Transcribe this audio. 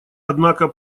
однако